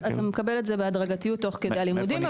אתה מקבל את זה בהדרגתיות תוך כדי הלימודים,